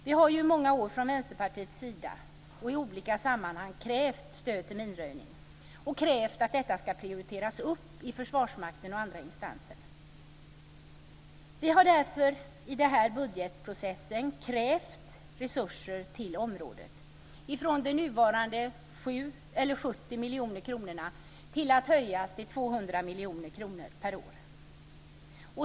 Vi har i många år från Vänsterpartiets sida i olika sammanhang krävt stöd till minröjning och krävt att detta ska prioriteras av Försvarsmakten och andra instanser. Vi har därför i den här budgetprocessen krävt resurser till området, med en höjning från nuvarande 70 miljoner kronor till 200 miljoner kronor per år.